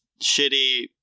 shitty